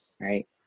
Right